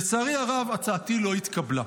לצערי הרב, הצעתי לא התקבלה.